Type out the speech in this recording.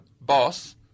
boss